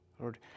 Lord